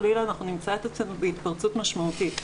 נמצא את עצמנו חס וחלילה בהתפרצות משמעותית.